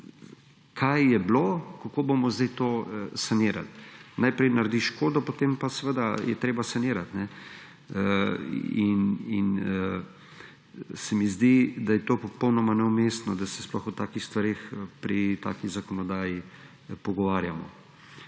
Kaj je bilo, kako bomo zdaj to sanirali? Najprej narediš škodo, potem pa seveda je treba sanirati. Zdi se mi, da je to popolnoma neumestno, da se sploh o takih stvareh pri taki zakonodaji pogovarjamo.